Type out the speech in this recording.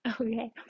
Okay